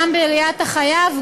גם בראיית החייב,